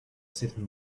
sitting